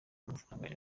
amafaranga